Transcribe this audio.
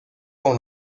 con